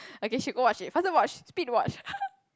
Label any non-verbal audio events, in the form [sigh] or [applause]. okay should go watch it faster watch it speed watch [laughs]